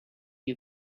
you